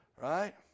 Right